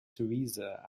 theresa